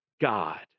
God